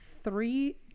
three